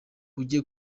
ujye